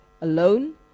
alone